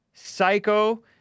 Psycho